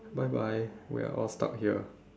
bye bye we're all stuck here